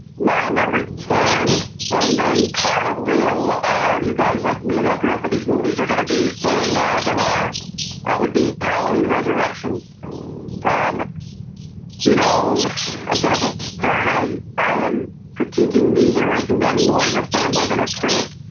my number ten and then probably a lot of you guys like me that grew up but these movies are gonna be saying hurrah would be halloween resurrection um you know i said it from start i i am critiquing these and ranking them more as a fanboy than a critic